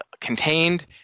contained